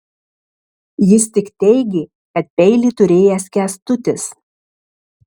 jis tik teigė kad peilį turėjęs kęstutis